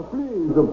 Please